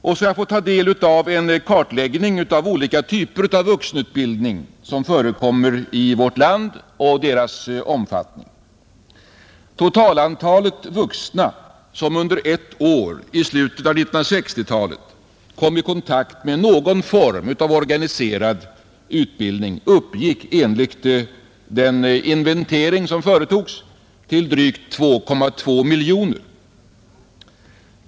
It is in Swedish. Jag har också fått ta del av en kartläggning av olika typer av vuxenutbildning som förekommer i vårt land och deras omfattning. Totalantalet vuxna, som under ett år i slutet av 1960-talet kom i kontakt med någon form av organiserad utbildning, uppgick enligt den företagna inventeringen till drygt 2,2 miljoner.